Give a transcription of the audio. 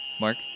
Mark